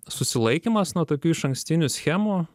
susilaikymas nuo tokių išankstinių schemų